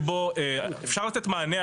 אפשר לתת מענה,